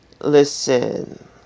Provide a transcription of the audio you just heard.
listen